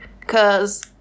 Cause